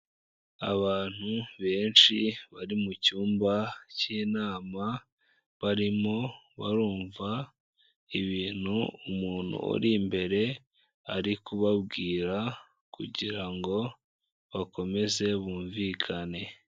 Abantu benshi bari mu cyumba cy'inama barimo barumva ibintu umuntu uri imbere ari kubabwira kugira ngo bakomeze bumvikane.